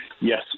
yes